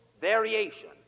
variation